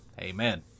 Amen